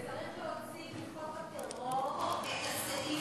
וצריך להוסיף לחוק הטרור את הסעיף